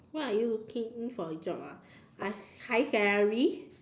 what are you looking in for a job ah uh high high salary